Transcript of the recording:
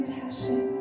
passion